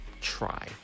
try